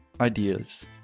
Ideas